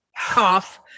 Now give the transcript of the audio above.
cough